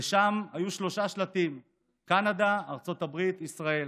ושם היו שלושה שלטים: קנדה, ארצות הברית, ישראל.